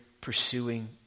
pursuing